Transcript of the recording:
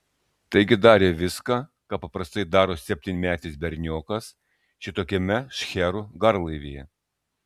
taigi darė viską ką paprastai daro septynmetis berniokas šitokiame šcherų garlaivyje